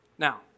Now